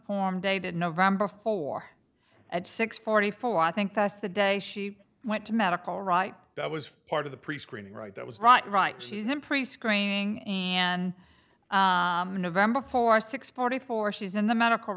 form dated november for at six forty four i think that's the day she went to medical right that was part of the prescreening right that was right right she's in prescreening and november for six forty four she's in the medical